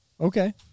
Okay